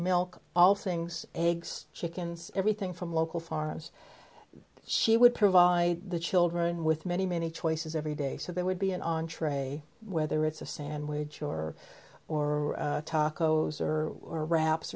milk all things eggs chickens everything from local farms she would provide the children with many many choices every day so there would be an entree whether it's a sandwich or or tacos or or wraps